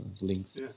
links